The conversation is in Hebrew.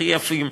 הכי יפים,